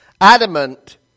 Adamant